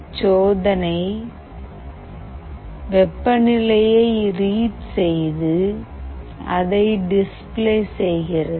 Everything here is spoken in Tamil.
இச்சோதனை வெப்பநிலையை ரீட் செய்து அதை டிஸ்ப்ளே செய்கிறது